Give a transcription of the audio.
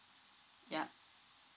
yeah